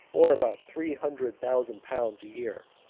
or about three hundred thousand pounds a year.